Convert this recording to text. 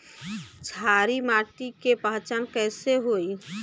क्षारीय माटी के पहचान कैसे होई?